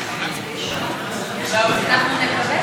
הצעת חוק מקורות אנרגיה (תיקון